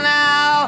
now